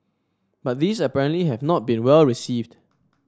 but these apparently have not been well received